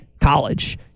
college